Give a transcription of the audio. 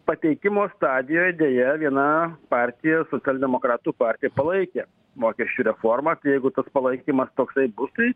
pateikimo stadijoj deja viena partija socialdemokratų partija palaikė mokesčių reformą tai jeigu tas palaikymas toksai bus tai